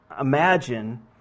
imagine